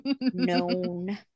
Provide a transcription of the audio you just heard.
Known